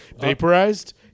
Vaporized